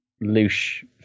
loose